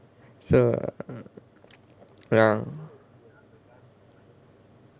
so ya